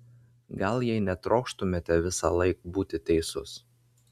gal jei netrokštumėte visąlaik būti teisus